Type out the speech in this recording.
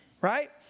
right